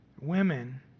women